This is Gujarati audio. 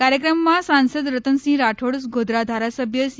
કાર્યક્રમમા સાસંદ રતનસિંહ રાઠોડ ગોધરા ધારાસભ્ય સી